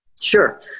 Sure